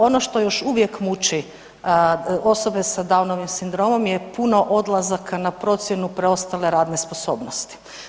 Ono što još uvijek muči osobe s downovnim sindromom je puno odlazaka na procjenu preostale radne sposobnosti.